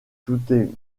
tout